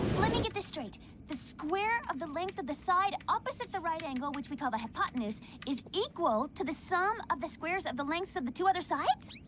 let me get this straight the square of the length of the side opposite the right angle which we call the hypotenuse is equal to the sum of the squares of the lengths of the two other sides